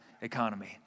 economy